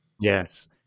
Yes